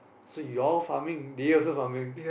so you all farming they also farming